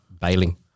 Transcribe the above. bailing